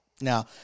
Now